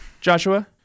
Joshua